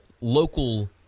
local